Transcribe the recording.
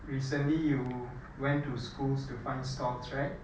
recently you went to schools to find stalls right